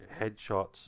headshots